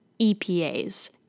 EPAs